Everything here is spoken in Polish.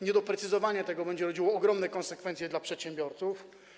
Niedoprecyzowanie tego będzie rodziło ogromne konsekwencje dla przedsiębiorców.